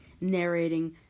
narrating